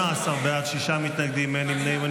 18 בעד, שישה מתנגדים, אין נמנעים.